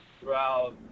throughout